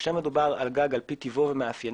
כאשר מדובר על גג על פי טיבו ומאפייניו,